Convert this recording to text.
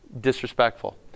disrespectful